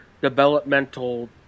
developmental